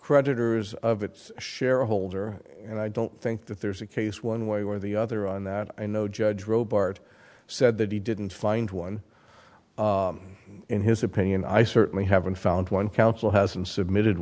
creditors of its shareholder and i don't think that there's a case one way or the other on that i know judge rowe barred said that he didn't find one in his opinion i certainly haven't found one counsel hasn't submitted